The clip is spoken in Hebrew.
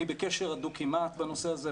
אני בקשר הדוק עם מה"ט בנושא הזה,